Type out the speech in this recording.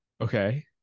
Okay